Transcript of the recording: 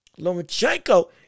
Lomachenko